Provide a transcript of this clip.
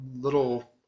Little